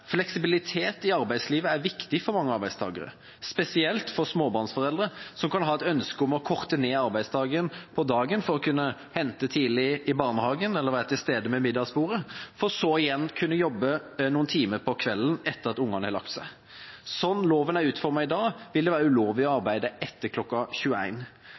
Fleksibilitet i arbeidslivet er viktig for mange arbeidstakere, spesielt for småbarnsforeldre, som kan ha et ønske om å korte ned arbeidstida på dagen for å kunne hente tidlig i barnehagen eller være til stede ved middagsbordet, for så igjen å kunne jobbe noen timer på kvelden etter at ungene har lagt seg. Slik loven er utformet i dag, vil det være ulovlig å